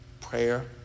Prayer